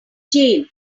jail